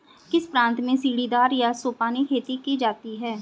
किस प्रांत में सीढ़ीदार या सोपानी खेती की जाती है?